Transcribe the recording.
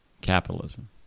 Capitalism